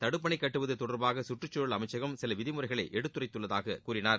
தடுப்பணை கட்டுவது தொடர்பாக சுற்றுச்சூழல் அமைச்சகம் சில விதிமுறைகளை எடுத்துரைத்துள்ளதாகக் கூறினார்